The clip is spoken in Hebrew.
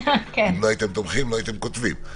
אם לא הייתם תומכים לא הייתם כותבים.